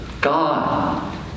God